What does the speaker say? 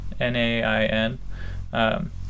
N-A-I-N